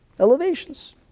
Elevations